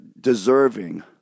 deserving